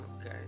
Okay